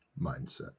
Mindset